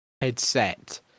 Headset